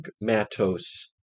matos